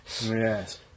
Yes